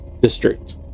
district